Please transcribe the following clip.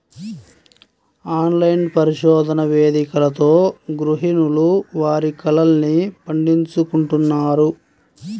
online పరిశోధన వేదికలతో గృహిణులు వారి కలల్ని పండించుకుంటున్నారు